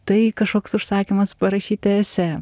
tai kažkoks užsakymas parašyti esė